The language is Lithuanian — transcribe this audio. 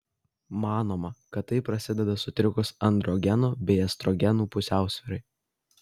manoma kad tai prasideda sutrikus androgenų bei estrogenų pusiausvyrai